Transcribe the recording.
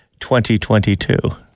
2022